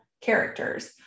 Characters